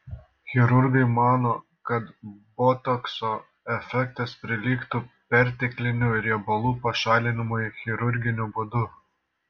chirurgai mano kad botokso efektas prilygtų perteklinių riebalų pašalinimui chirurginiu būdu